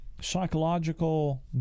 psychological